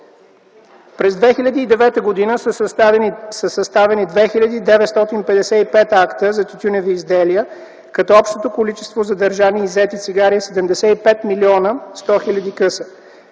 През 2009 г. са съставени 2955 акта за тютюневи изделия, като общото количество задържани и иззети цигари е 75 млн. 100 хил. В края